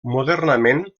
modernament